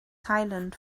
silent